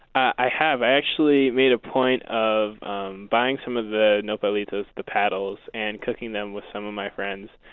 i have. i actually made a point of um buying some of the nopalitos, the paddles, and cooking them with some of my friends.